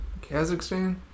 Kazakhstan